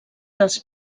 dels